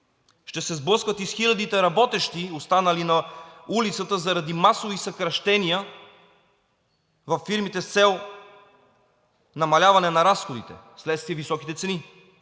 Ще се сблъскат и с хилядите работещи, останали на улицата заради масови съкращения във фирмите – с цел намаляване на разходите вследствие високите цени.